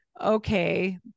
Okay